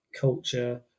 culture